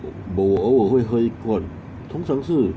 我偶尔会喝一罐通常是